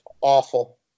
awful